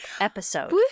episode